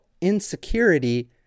insecurity